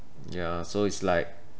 ya so it's like